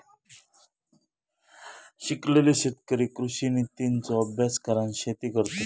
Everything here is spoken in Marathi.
शिकलेले शेतकरी कृषि नितींचो अभ्यास करान शेती करतत